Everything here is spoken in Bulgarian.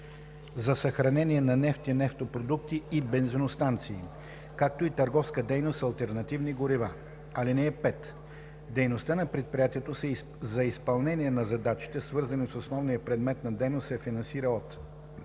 за съхранение на нефт и нефтопродукти и бензиностанции, както и търговска дейност с алтернативни горива. (5) Дейността на предприятието за изпълнение на задачите, свързани с основния предмет на дейност, се финансира от: